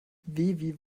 wie